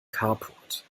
carport